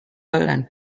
and